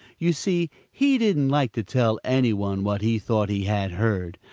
you see he didn't like to tell any one what he thought he had heard,